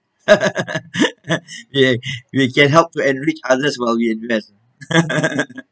!yay! we can help to enrich others while we invest